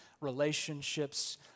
relationships